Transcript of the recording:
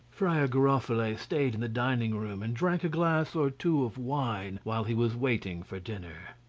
friar giroflee stayed in the dining-room, and drank a glass or two of wine while he was waiting for dinner.